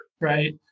right